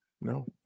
No